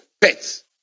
pets